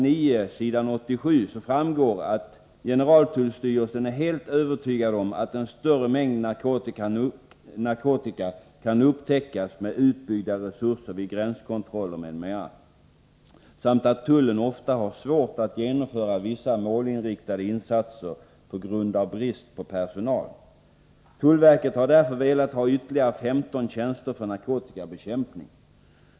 9, s. 87, framgår att generaltullstyrelsen är helt övertygad om att en större mängd narkotika kan upptäckas med utbyggda resurser vid gränskontroller m.m. samt att tullen ofta har svårt att genomföra vissa målinriktade insatser på grund av brist på personal. Tullverket vill därför ha ytterligare 15 tjänster för narkotikabekämpning.